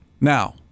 Now